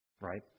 Right